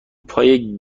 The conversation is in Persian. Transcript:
پای